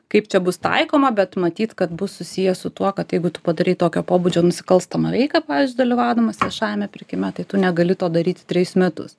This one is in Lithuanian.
kaip čia bus taikoma bet matyt kad bus susiję su tuo kad jeigu tu padarei tokio pobūdžio nusikalstamą veiką pavyzdžiui dalyvaudamas viešajame pirkime tai tu negali to daryti trejus metus